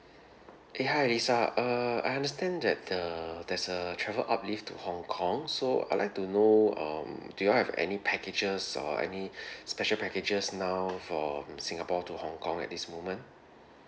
eh hi lisa err I understand that the there's a travel uplift to hong-kong so I'd like to know um do you all have any packages or any special packages now from singapore to hong-kong at this moment